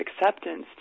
acceptance